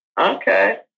Okay